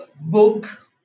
book